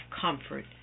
comfort